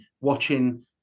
watching